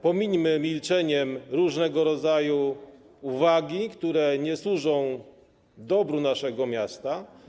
Pomińmy milczeniem różnego rodzaju uwagi, które nie służą dobru naszego miasta.